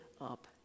up